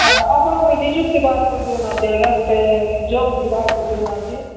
ହଁ ଆପଣ ଗୋଟେ ନିଯୁକ୍ତି ବାହାର କରିଦଉନାହାନ୍ତି ଆଜ୍ଞା ଗୋଟେ ଜବ୍ ଗୋଟେ ବାହାର କରି କରିଦଉନାହାନ୍ତି